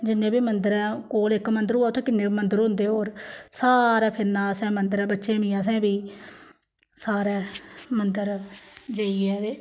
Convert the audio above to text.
जिन्ने बी मंदर ऐं कोल इक मंदर होऐ उत्थै किन्ने मंदर होंदे होर सारै फिरना असें मंदरैं बच्चें बी असें बी सारे मंदर जाइयै ते